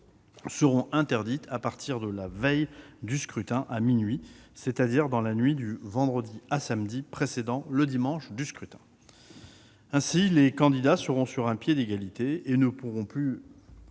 seront interdites à partir de la veille du scrutin à minuit, c'est-à-dire dans la nuit du vendredi à samedi précédent le dimanche de scrutin. Désormais, les candidats seront sur un pied d'égalité et ne pourront plus